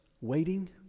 waiting